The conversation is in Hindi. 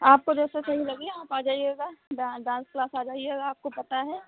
आपक जैसा सही लगे आप आ जाईएगा ड डांस क्लास आ जाईएगा आपको पता है